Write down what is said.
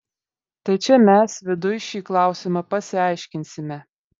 tai čia mes viduj šį klausimą pasiaiškinsime